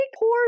poor